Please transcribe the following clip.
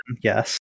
yes